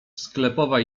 sklepowa